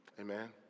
Amen